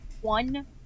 one